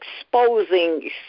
exposing